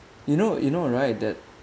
you know you know right that